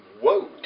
Whoa